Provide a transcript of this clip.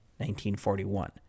1941